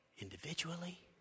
individually